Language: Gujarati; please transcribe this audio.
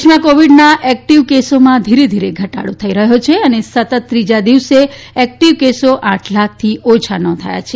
દેશમાં કોવિડના એક્ટિવ કેસોમાં ધીરે ધીરે ઘટાડો થઈ રહ્યો છે અને સતત ત્રીજા દિવસે એક્ટિવ કેસો આઠ લાખથી ઓછા નોંધાયા છે